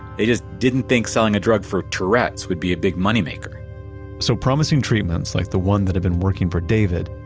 they just didn't think selling a drug for tourette's would be a big money-maker so promising treatments like the one that had been working for david,